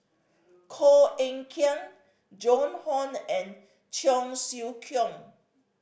Koh Eng Kian Joan Hon and Cheong Siew Keong